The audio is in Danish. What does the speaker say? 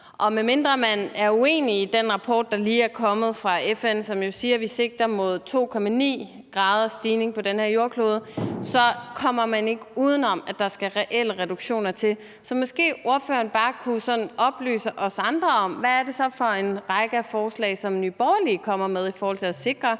Medmindre man er uenig med den rapport, der lige er kommet fra FN, som jo siger, at vi har retning mod 2,9 graders stigning på den her jordklode, kommer man ikke uden om, at der skal reelle reduktioner til. Så måske ordføreren bare kunne oplyse os andre om, hvad det så er for en række af forslag, som Nye Borgerlige kommer med i forhold til at sikre